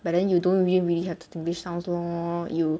but then you don't really really have to distinguish sounds lor